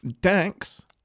Dax